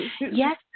Yes